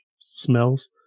smells